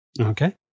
Okay